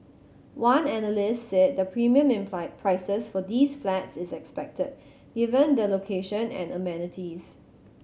one analyst said the premium in prices for these flats is expected given the location and amenities